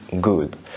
good